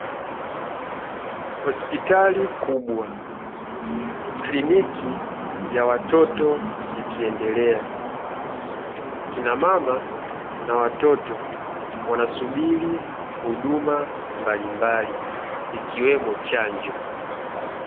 Hospitali kubwa, kliniki ya watoto ikiendelea, kinamama na watoto wanasubiri huduma mbalimbali ikiwemo chanjo.